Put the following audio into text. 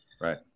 right